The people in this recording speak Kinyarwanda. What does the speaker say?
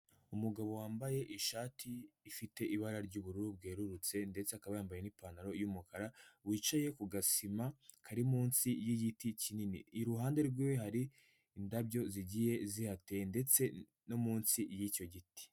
Umugabo wambaye ishati ifite ibara ry'ubururu bwerurutse ndetse akaba yambaye n'ipantaro y'umukara wicaye ku gasima kari munsi y'igiti kinini, iruhande rwiwe hari indabyo zigiye zihateye ndetse no munsi y'icyo giti.